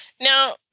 Now